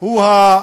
השדות שלנו